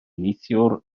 neithiwr